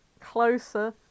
Closer